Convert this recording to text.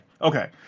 okay